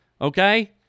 okay